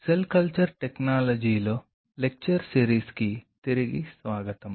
cell culture టెక్నాలజీలో lecture సిరీస్కి తిరిగి స్వాగతం